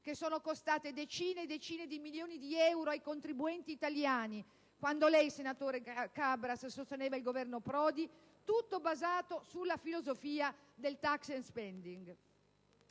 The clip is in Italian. che sono costate decine e decine di milioni di euro ai contribuenti italiani quando lei, senatore Cabras, sosteneva il Governo Prodi tutto basato sulla filosofia del *tax and spending*.